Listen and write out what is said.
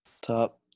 top